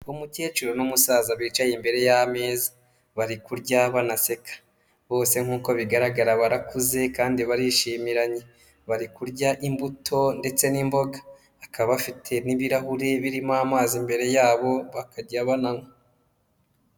Umukecuru n'umusaza bicaye imbere y'ameza, bari kurya banaseka, bose nk'uko bigaragara barakuze kandi barishimiranye, bari kurya imbuto ndetse n'imboga, bakaba bafite n'ibirahure birimo amazi imbere yabo bakajya bananywa.